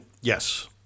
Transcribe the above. yes